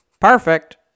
Perfect